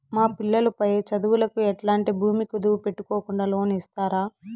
మా పిల్లలు పై చదువులకు ఎట్లాంటి భూమి కుదువు పెట్టుకోకుండా లోను ఇస్తారా